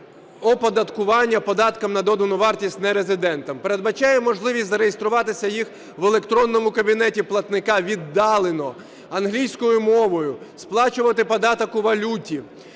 оподаткування податком на додану вартість нерезидентам. Передбачає можливість зареєструватися їх в електронному кабінеті платника віддалено, англійською мовою, сплачувати податок у валюті,